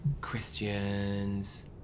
Christians